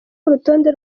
urutonde